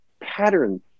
pattern